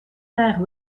naar